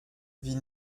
wie